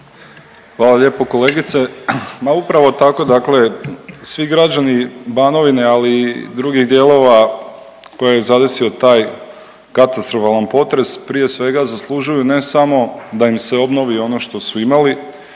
Hvala lijepo kolegice. Ma upravo tako, dakle svi građani Banovine ali i drugih dijelova koje je zadesio taj katastrofalan potres prije svega zaslužuju ne samo da im se obnovi ono što su imali,